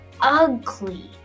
ugly